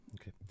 Okay